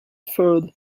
third